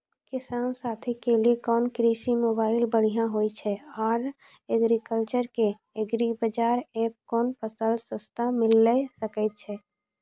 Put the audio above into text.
किसान साथी के लिए कोन कृषि मोबाइल बढ़िया होय छै आर एग्रीकल्चर के एग्रीबाजार एप कोन फसल सस्ता मिलैल सकै छै?